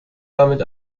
damit